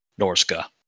Norska